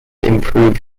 improved